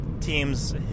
teams